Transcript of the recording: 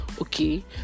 Okay